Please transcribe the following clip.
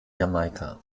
jamaika